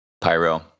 Pyro